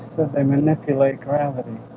they manipulate gravity